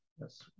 Yes